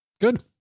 Good